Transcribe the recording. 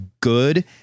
good